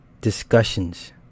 discussions